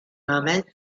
moment